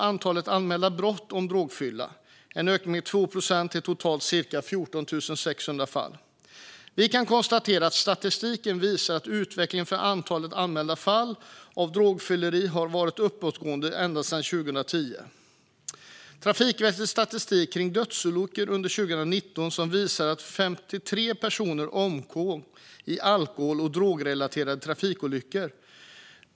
Antalet anmälda brott gällande drograttfylleri har också ökat med 2 procent till totalt cirka 14 600. Vi kan konstatera att statistiken visar att utvecklingen för antalet anmälda fall av drograttfylleri har varit uppåtgående ända sedan 2010. Trafikverkets statistik om dödsolyckor under 2019 visar att 53 personer omkom i alkohol eller drogrelaterade trafikolyckor.